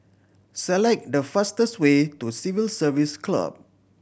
select the fastest way to Civil Service Club